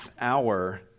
hour